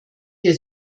der